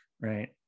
right